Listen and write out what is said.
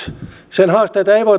sen haasteita ei voi